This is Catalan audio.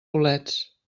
bolets